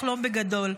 לחלום בגדול.